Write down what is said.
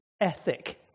Ethic